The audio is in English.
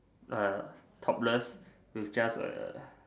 uh topless with just A